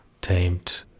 tamed